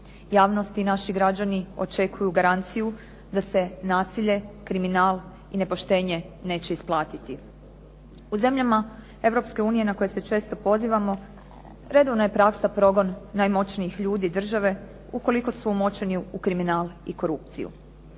Javnost i naši građani očekuju garanciju da se nasilje, kriminal i nepoštenje neće isplatiti. U zemljama Europske unije na koje se često pozivamo redovna je praksa progon najmoćnijih ljudi države ukoliko su umočeni u kriminal i korupciju.